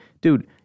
dude